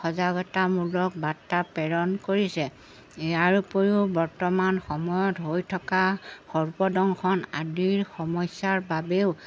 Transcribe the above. সজাগতামূলক বাৰ্তা প্ৰেৰণ কৰিছে ইয়াৰ উপৰিও বৰ্তমান সময়ত হৈ থকা সৰ্পদংশন আদিৰ সমস্যাৰ বাবেও